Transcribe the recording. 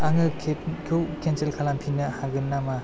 आङो केबखौ केन्सेल खालामफिन्नो हागोन नामा